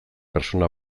pertsona